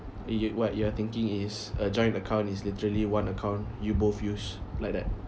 yo~ what you're thinking is a joint account is literally one account you both use like that